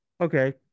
okay